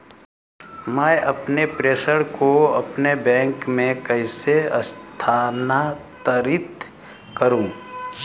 मैं अपने प्रेषण को अपने बैंक में कैसे स्थानांतरित करूँ?